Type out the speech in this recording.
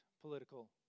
political